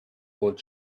old